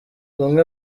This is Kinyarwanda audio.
bamwe